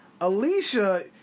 Alicia